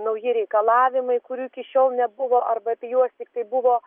nauji reikalavimai kurių iki šiol nebuvo arba apie juos tiktai buvo